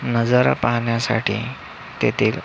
नजारा पाहण्यासाठी तेथील